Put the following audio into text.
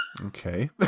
Okay